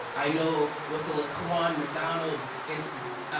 i know with the laquinn mcdonald incident,